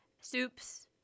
soups